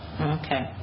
Okay